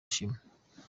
ashima